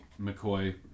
McCoy